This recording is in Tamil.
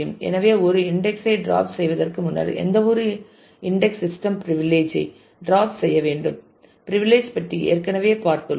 எனவே ஒரு இன்டெக்ஸ் ஐ ட்ராப் செய்வதற்கு முன்னர் எந்தவொரு இன்டெக்ஸ் சிஸ்டம் பிரிவிலிஜ் ஐ ட்ராப் செய்ய வேண்டும் பிரிவிலிஜ் பற்றி ஏற்கனவே பார்த்துள்ளோம்